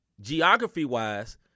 geography-wise